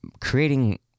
creating